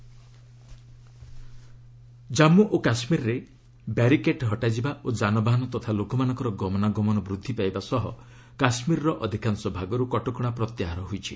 JK situation Jammu ଓ କାଶ୍ମୀରରେ barricade ହଟାଯିବା ଓ ଯାନବାହନ ତଥା ଲୋକମାନଙ୍କର ଗମନାଗମନ ବୃଦ୍ଧି ପାଇବା ସହ କଶ୍ମୀରର ଅଧିକାଂଶ ଭାଗରୁ କଟକଣା ପ୍ରତ୍ୟାହାର ହୋଇଛି